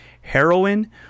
heroin